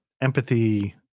Empathy